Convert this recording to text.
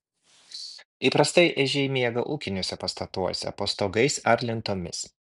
įprastai ežiai miega ūkiniuose pastatuose po stogais ar lentomis